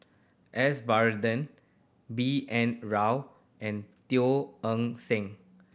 S Varathan B N Rao and Teo Eng Seng